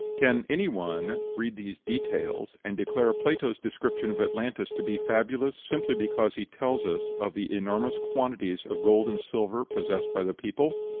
can any one read these details and declare plato's description of atlantis to be fabulous, simply because he tells us of the enormous quantities of gold and silver possessed by the people?